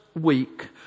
week